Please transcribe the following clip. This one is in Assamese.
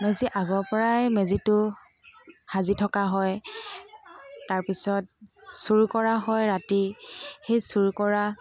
মেজি আগৰপৰাই মেজিটো সাজি থকা হয় তাৰপিছত চুৰ কৰা হয় ৰাতি সেই চুৰ কৰা